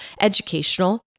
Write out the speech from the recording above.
educational